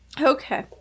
Okay